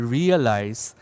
realize